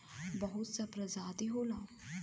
बहुत सा प्रजाति होला